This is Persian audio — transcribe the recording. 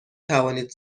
توانید